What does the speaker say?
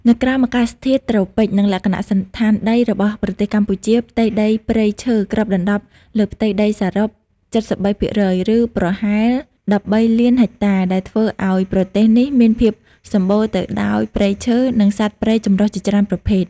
នៅក្រោមអាកាសធាតុត្រូពិច និងលក្ខណៈសណ្ឋានដីរបស់ប្រទេសកម្ពុជា ផ្ទៃដីព្រៃឈើគ្របដណ្តប់លើផ្ទៃដីសរុប ៧៣% ឬប្រហែល ១៣,០០០,០០០ ហិចតា ដែលធ្វើឱ្យ ប្រទេសនេះមានភាពសម្បូរទៅដោយព្រៃឈើ និងសត្វព្រៃចម្រុះជាច្រើនប្រភេទ។